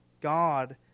God